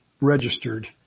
registered